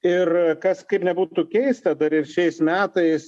ir kas kaip nebūtų keista dar ir šiais metais